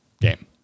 game